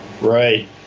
Right